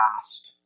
past